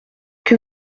que